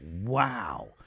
wow